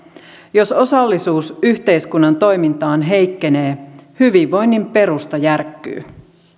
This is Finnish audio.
jos osallisuus yhteiskunnan toimintaan heikkenee hyvinvoinnin perusta järkkyy